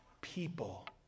people